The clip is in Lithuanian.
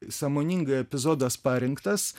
sąmoningai epizodas parinktas